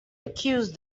accuse